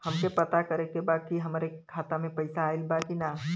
हमके पता करे के बा कि हमरे खाता में पैसा ऑइल बा कि ना?